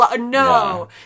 No